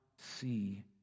see